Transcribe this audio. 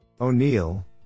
O'Neill